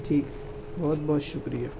ٹھیک ہے بہت بہت شکریہ